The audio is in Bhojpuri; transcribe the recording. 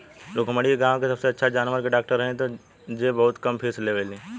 रुक्मिणी इ गाँव के सबसे अच्छा जानवर के डॉक्टर हई जे बहुत कम फीस लेवेली